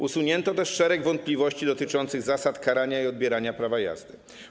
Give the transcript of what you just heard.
Usunięto też szereg wątpliwości dotyczących zasad karania i odbierania prawa jazdy.